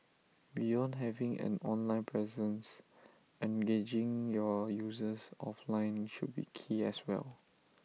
beyond having an online presence engaging your users offline should be key as well